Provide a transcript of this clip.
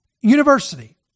university